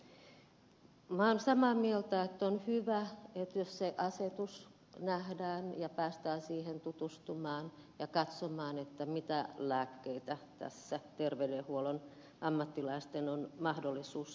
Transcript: minä olen samaa mieltä että on hyvä jos se asetus nähdään ja päästään siihen tutustumaan ja katsomaan mitä lääkkeitä tässä terveydenhuollon ammattilaisten on mahdollisuus sitten määrätä